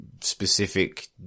specific